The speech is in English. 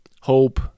hope